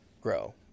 grow